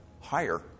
higher